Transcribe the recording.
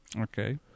Okay